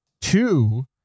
two